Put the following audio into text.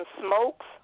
smokes